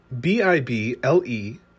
B-I-B-L-E